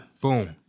Boom